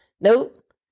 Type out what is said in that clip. Nope